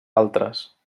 altres